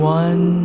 one